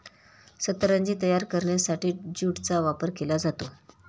सतरंजी तयार करण्यासाठीही ज्यूटचा वापर केला जातो